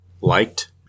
liked